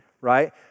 right